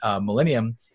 Millennium